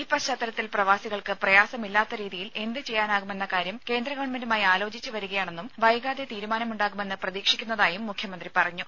ഈ പശ്ചാത്തലത്തിൽ പ്രവാസികൾക്ക് പ്രയാസമില്ലാത്ത രീതിയിൽ എന്ത് ചെയ്യാനാകുമെന്ന കാര്യം കേന്ദ്ര ഗവൺമെന്റുമായി ആലോചിച്ച് വരികയാണെന്നും വൈകാതെ തീരുമാനമുണ്ടാകുമെന്ന് പ്രതീക്ഷിക്കുന്നതായും മുഖ്യമന്ത്രി പറഞ്ഞു